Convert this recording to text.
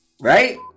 right